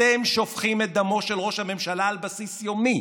אתם שופכים את דמו של ראש הממשלה על בסיס יומי,